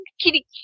Kitty